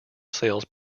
sales